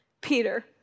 Peter